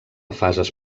fases